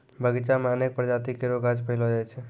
बगीचा म अनेक प्रजाति केरो गाछ पैलो जाय छै